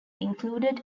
included